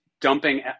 dumping